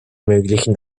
möglichen